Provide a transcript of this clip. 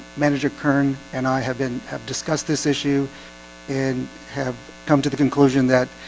manager kern and i have been have discussed this issue and have come to the conclusion that